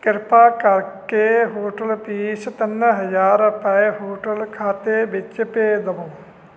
ਕਿਰਪਾ ਕਰਕੇ hostel fees ਤਿੰਨ ਹਜ਼ਾਰ ਰੁਪਏ ਹੋਸਟਲ ਖਾਤੇ ਵਿੱਚ ਭੇਜ ਦੇਵੋ